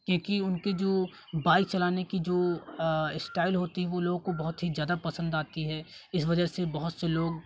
क्योंकि उनके जो बाइक चलाने की जो स्टाइल होती है वो लोगों को बहुत ही ज़्यादा पसंद आती है इस वजह से बहुत से लोग